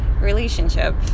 relationship